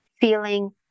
feeling